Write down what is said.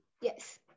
Yes